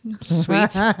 Sweet